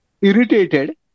irritated